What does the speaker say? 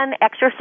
exercise